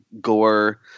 gore